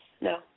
no